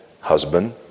husband